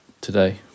today